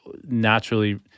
naturally